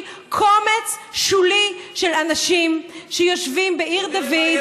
קומץ שולי של אנשים שיושבים בעיר דוד,